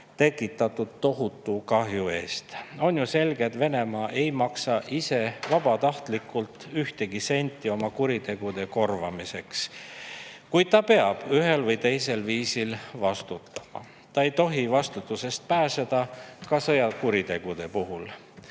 materiaalselt vastutama. On ju selge, et Venemaa ei maksa ise vabatahtlikult ühtegi senti oma kuritegude korvamiseks, kuid ta peab ühel või teisel viisil vastutama. Ta ei tohi vastutusest pääseda ka sõjakuritegude puhul.